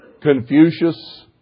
Confucius